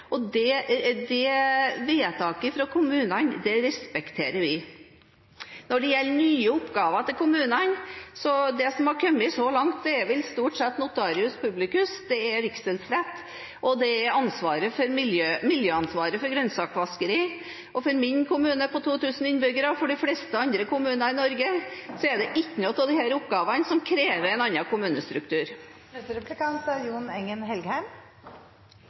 egen kommune. Det vedtaket i kommunene respekterer vi. Når det gjelder nye oppgaver til kommunene: Det som har kommet så langt, er vel stort sett notarius publicus, vigselsrett og miljøansvaret for grønnsaksvaskeri. For min kommune – på 2 000 innbyggere – og for de fleste andre kommuner i Norge krever ikke noen av disse oppgavene en annen kommunestruktur. Jeg vil følge opp litt der representantene nå slapp. Senterpartiet har både sentralt og lokalt jobbet mye imot kommunereformen. Kommunereformen er en reform som